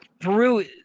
Peru